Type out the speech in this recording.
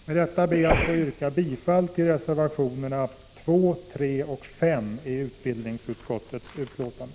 Med detta ber jag att få yrka bifall till reservationerna 2, 3 och Si utbildningsutskottets betänkande.